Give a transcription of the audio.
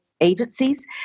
agencies